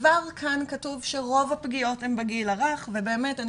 כבר כאן כתוב שרוב הפגיעות הן בגיל הרך ובאמת אני